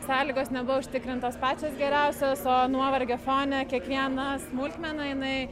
sąlygos nebuvo užtikrintos pačios geriausios o nuovargio fone kiekviena smulkmena jinai